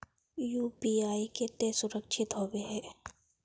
UPI केते सुरक्षित होबे है?